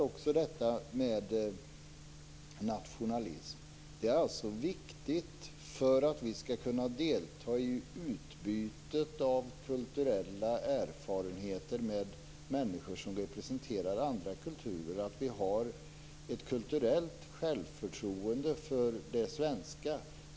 När det gäller nationalism är det viktigt att vi, för att vi skall kunna delta i utbytet av kulturella erfarenheter med människor som representerar andra kulturer, har ett kulturellt självförtroende för det svenska.